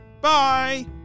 Bye